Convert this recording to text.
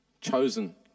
chosen